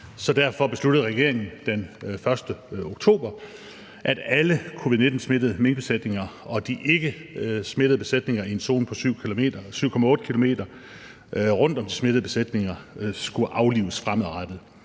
Derfor besluttede regeringen den 1. oktober, at alle covid-19-smittede minkbesætninger og de ikkesmittede besætninger i en zone på 7,8 km rundt om de smittede besætninger skulle aflives fremadrettet.